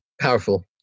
powerful